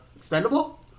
Expendable